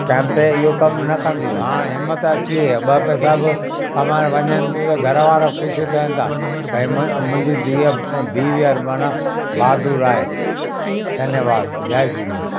time ते इहो कमु न कंदी हुई हाणे हिमत अची वई आहे ॿ पैसा बि कमाइणु वञनि थियूं त घरवारा ख़ुशि थियनि था भई मु मुंहिंजी धीउ बीवी मना बहादुर आहे धन्यवाद जय झूले